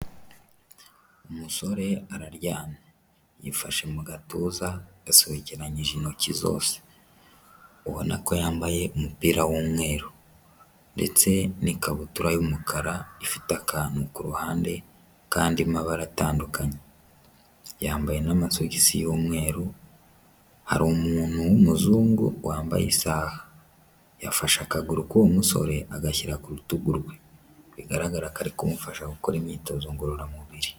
Umusore araryamye yifashe mu gatuza asobekeranyije intoki zose ubona ko yambaye umupira w'umweru ndetse n'ikabutura y'umukara ifite akantu ku ruhande k'andi mabara atandukanye yambaye n'amasogisi y'umweru hari umuntu w'umuzungu wambaye isaha yafashe akaguru k'uwo musore agashyira ku rutugu rwe bigaragara ko ari kumufasha gukora imyitozo ngororamubiri.